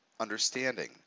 understanding